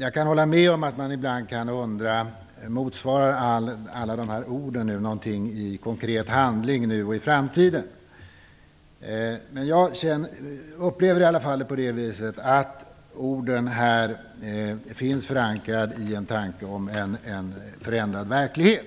Jag kan hålla med om att man ibland kan undra: Motsvarar alla dessa ord någonting i konkret handling nu och i framtiden? Jag upplever att orden här finns förankrade i en tanke, om än i en förändrad verklighet.